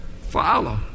follow